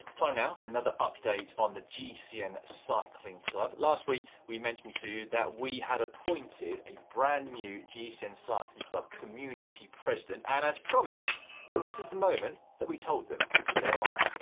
time now for another update on the gcn cycling club. last week we mentioned to you that we had appointed a brand new gcn cycling club community president and as promised this is the moment that we told them of their honor.